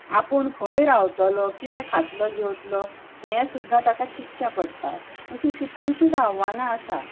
आपूण खंय रावतलो कितें खातलो जेवतलो हें सुद्दां ताका चिंतचें पडटा अशीं कितलीशींच आव्हानां आसात